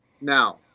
Now